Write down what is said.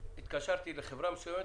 והתקשרתי לחברה מסוימת,